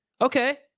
Okay